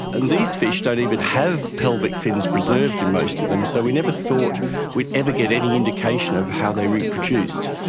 and these fish don't even have pelvic fins preserved in most of them, so we never thought we'd ever get any indication of how they reproduced.